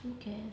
who cares